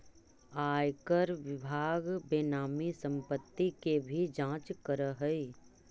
आयकर विभाग बेनामी संपत्ति के भी जांच करऽ हई